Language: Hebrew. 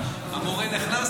המורה נכנס,